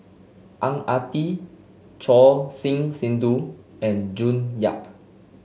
Ang Ah Tee Choor Singh Sidhu and June Yap